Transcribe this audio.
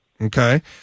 okay